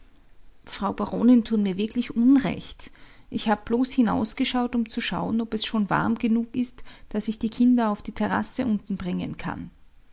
frau baronin tun mir wirklich unrecht ich hab bloß hinausgeschaut um zu schauen ob es schon warm genug ist daß ich die kinder auf die terrasse unten bringen kann